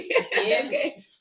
Okay